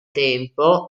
tempo